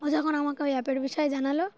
ও যখন আমাকে ওই অ্যাপের বিষয়ে জানালো